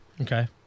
Okay